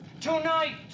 Tonight